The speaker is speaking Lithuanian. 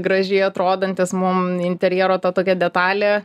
gražiai atrodantis mum interjero ta tokia detalė